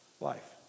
life